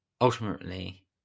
Ultimately